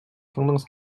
tendance